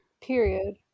Period